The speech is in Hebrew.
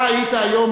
אתה היית היום